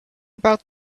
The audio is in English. about